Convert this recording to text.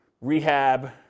rehab